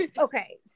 Okay